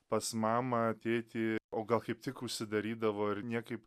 pas mamą tėtį o gal kaip tik užsidarydavo ir niekaip